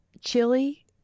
Chili